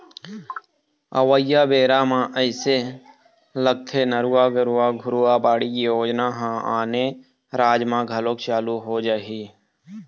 अवइया बेरा म अइसे लगथे नरूवा, गरूवा, घुरूवा, बाड़ी योजना ह आने राज म घलोक चालू हो जाही